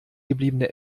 gebliebene